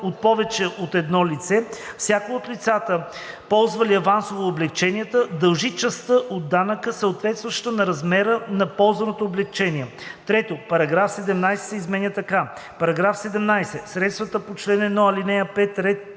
от повече от едно лице, всяко от лицата, ползвали авансово облекченията, дължи частта от данъка, съответстваща на размера на ползваното облекчение.“ 3. Параграф 17 се изменя така: „§ 17. Средствата по чл. 1, ал. 5, ред